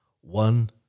One